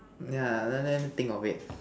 yeah let let me think of it